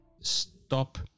Stop